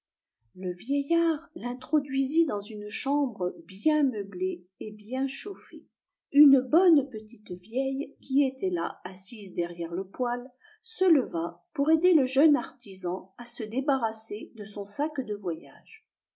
le vieillard l'introduisit dans une chambre bien meublée et bien chauffée une bonne petite vieille qui était là assise derrière le poêle se leva pour aider le jeune artisan à se débarrasser de son sac de voyage